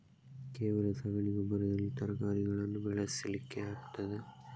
ಕೇವಲ ಸಗಣಿ ಗೊಬ್ಬರದಲ್ಲಿ ತರಕಾರಿಗಳನ್ನು ಬೆಳೆಸಲಿಕ್ಕೆ ಆಗ್ತದಾ?